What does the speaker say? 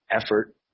effort